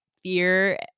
fear